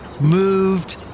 moved